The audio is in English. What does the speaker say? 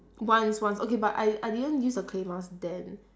once once okay but I I didn't use the clay mask then